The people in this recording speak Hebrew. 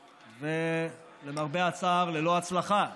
ולמרבה הצער ללא הצלחה.